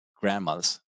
grandmothers